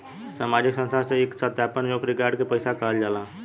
सामाजिक संस्था से ई सत्यापन योग्य रिकॉर्ड के पैसा कहल जाला